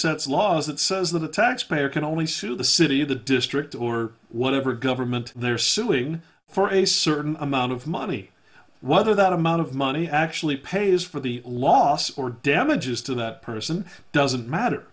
sets laws that says that the taxpayer can only sue the city of the district or whatever government they're suing for a certain amount of money whether that amount of money actually pays for the loss or damages to that person doesn't matter